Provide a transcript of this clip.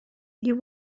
you